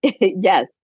Yes